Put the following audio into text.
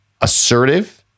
assertive